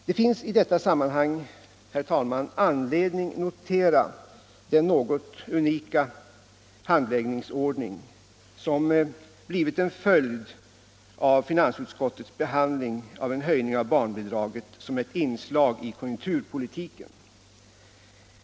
Det finns i detta sammanhang, herr talman, anledning notera den något unika handläggningsordning som blivit en följd av finansutskottets behandling av en höjning av barnbidraget som ett inslag i konjunkturpolitiken.